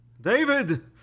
David